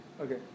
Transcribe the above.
Okay